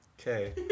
Okay